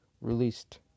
released